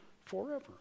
forever